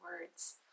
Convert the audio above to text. words